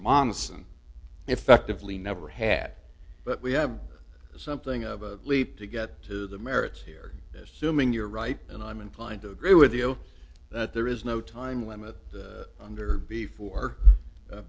monson effectively never had but we have something of a leap to get to the merits here simming you're right and i'm inclined to agree with you that there is no time limit under before